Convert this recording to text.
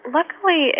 Luckily